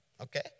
Okay